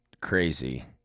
crazy